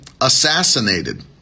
assassinated